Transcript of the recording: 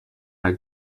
här